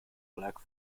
black